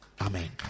Amen